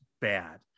bad